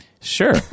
Sure